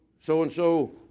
so-and-so